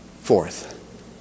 Fourth